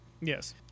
Yes